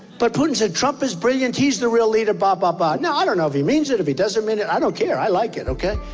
but putin said trump is brilliant, he's the real leader, blah, blah, blah. now i don't know if he means it, if he doesn't mean it. i don't care. i like it, ok?